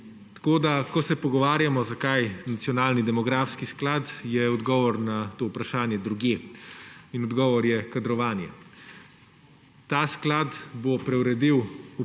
Tako, da ko se pogovarjamo, zakaj nacionalni demografski sklad je odgovor na to vprašanje drugje. In odgovor je kadrovanje. Ta sklad bo preuredil